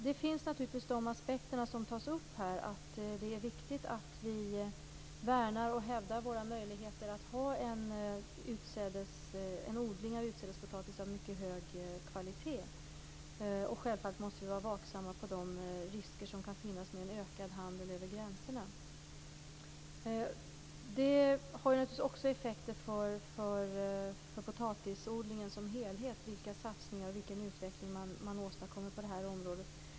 Det finns naturligtvis de aspekter som togs upp här, som att det är viktigt att värna och hävda våra möjligheter att ha en odling av utsädespotatis av mycket hög kvalitet. Självfallet måste vi också vara vaksamma på de risker som en ökad handel över gränserna kan innebära. Vilka satsningar vi gör och vilken utveckling vi åstadkommer på det här området har också effekter för potatisodlingen som helhet.